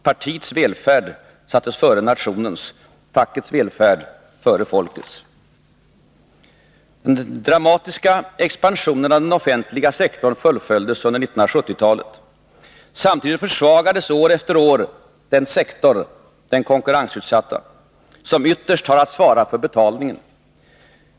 Partiets välfärd sattes före nationens, fackets välfärd före folkets. 1970-talet. Samtidigt försvagades år efter år den sektor — den konkurrensutsatta — som ytterst har att svara för betalningen.